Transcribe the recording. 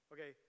Okay